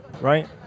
right